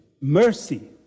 mercy